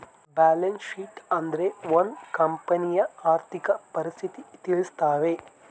balance sheet ಅಂದ್ರೆ ಒಂದ್ ಕಂಪನಿಯ ಆರ್ಥಿಕ ಪರಿಸ್ಥಿತಿ ತಿಳಿಸ್ತವೆ